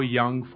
young